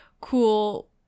cool